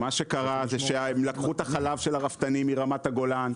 שקרה שהם לקחו את החלב של הרפתנים מרמת הגולן,